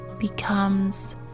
becomes